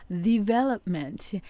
development